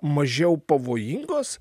mažiau pavojingos